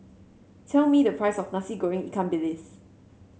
tell me the price of Nasi Goreng Ikan Bilis